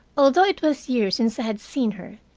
although it was years since i had seen her,